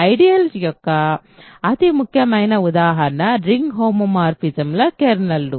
ideals యొక్క అతి ముఖ్యమైన ఉదాహరణలు రింగ్ హోమోమోర్ఫిజమ్ల కెర్నలు